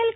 L